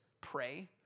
pray